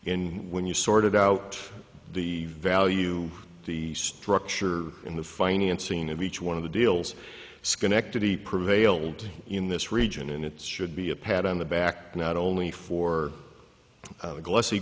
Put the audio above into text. in when you sorted out the value the structure in the financing of each one of the deals schenectady prevailed in this region and it should be a pat on the back not only for the glossy